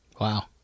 Wow